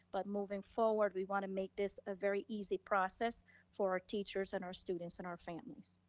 but moving forward, we wanna make this a very easy process for our teachers and our students and our families.